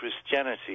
Christianity